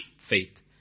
faith